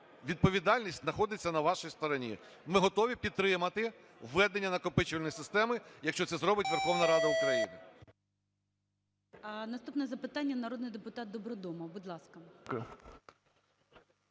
відповідальність знаходиться на вашій стороні. Ми готові підтримати введення накопичувальної системи, якщо це зробить Верховна Рада України. ГОЛОВУЮЧИЙ. Наступне запитання - народний депутат Добродомов. Будь ласка.